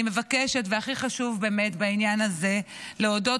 אני מבקשת והכי חשוב באמת בעניין הזה להודות